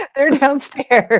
they're downstairs.